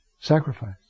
sacrifice